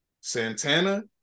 Santana